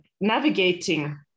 navigating